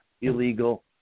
illegal